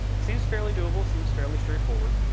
seems fairly doable. seems fairly straightforward,